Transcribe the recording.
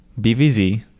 BVZ